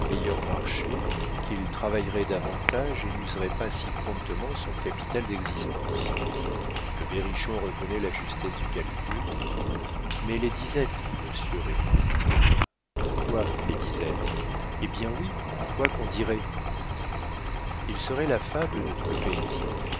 marché qu'il travaillerait davantage et n'userait pas si promptement son capital d'existence le berrichon reconnaît la justesse du calcul mais les disettes monsieur répondit-il quoi les disettes eh bien oui quoi qu'on dirait il serait la fable de tout le pays